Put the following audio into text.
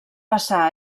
passà